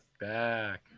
back